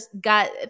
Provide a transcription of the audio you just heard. got